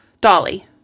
dolly